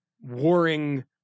warring